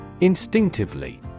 Instinctively